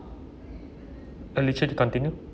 uh richard continue